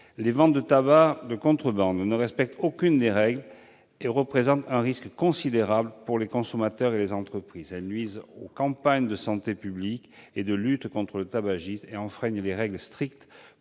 Les ventes de tabac de contrebande ne respectent aucune règle et représentent un risque considérable pour les consommateurs et les entreprises. Elles nuisent aux campagnes de santé publique et de lutte contre le tabagisme. De surcroît, elles enfreignent les règles strictes